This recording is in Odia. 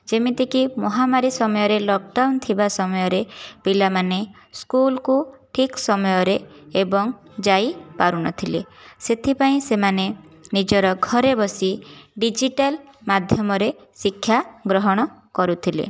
ଯେମିତିକି ମହାମାରୀ ସମୟରେ ଲକଡାଉନ୍ ଥିବା ସମୟରେ ପିଲାମାନେ ସ୍କୁଲ୍କୁ ଠିକ୍ ସମୟରେ ଏବଂ ଯାଇ ପାରୁନଥିଲେ ସେଥିପାଇଁ ସେମାନେ ନିଜର ଘରେ ବସି ଡିଜିଟାଲ୍ ମାଧ୍ୟମରେ ଶିକ୍ଷା ଗ୍ରହଣ କରୁଥିଲେ